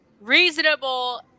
reasonable